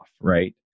right